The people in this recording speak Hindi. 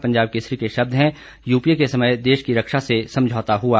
पंजाब केसरी के शब्द हैं यूपीए के समय देश की रक्षा से समझौता हुआ